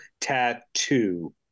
tattoo